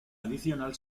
adicional